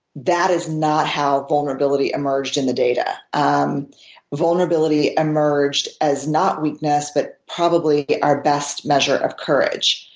that is not how vulnerability emerged in the data. um vulnerability emerged as not weakness, but probably our best measure of courage.